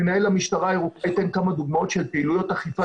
מנהל המשטרה הירוקה ייתן כמה פעילויות אכיפה